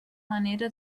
manera